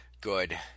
good